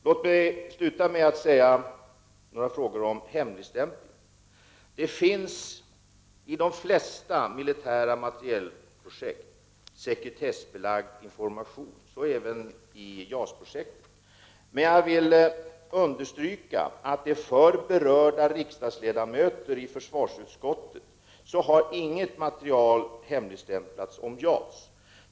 Låt mig sluta med några frågor om hemligstämpling. Det finns sekretessbelagd information i de flesta projekt som gäller militär materiel, så även i JAS-projektet. Men jag vill understryka att inget material om JAS har hemligstämplats för berörda riksdagsledamöter i försvarsutskottet.